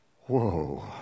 whoa